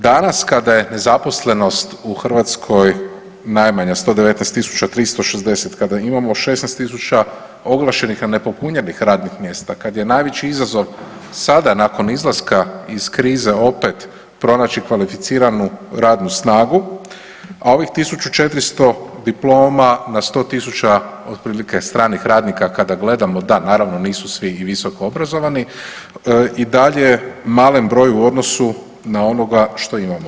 Danas kada je nezaposlenost u Hrvatskoj najmanja 119.360, kada imamo 16.000 oglašenih, a ne popunjenih radnih mjesta, kad je najveći izazov sada nakon izlaska iz krize opet pronaći kvalificiranu radnu snagu, a ovih 1.400 diploma na 100.000 otprilike stranih radnika kada gledamo da naravno nisu svi i visoko obrazovani i dalje malen broj u odnosu na onoga što imamo.